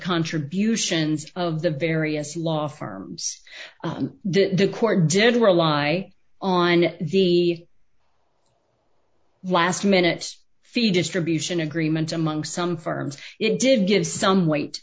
contributions of the various law firms and the court did rely on the last minute fee distribution agreement among some firms it did give some weight